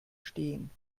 stehen